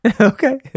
Okay